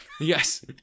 Yes